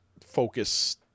focus